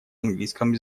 английском